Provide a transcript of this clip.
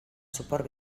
suport